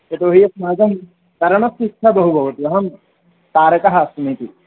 यतोहि अस्माकं तरणस्य इच्छा बहु भवति अहं तारकः अस्मीति